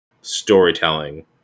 storytelling